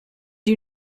you